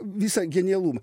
visą genialumą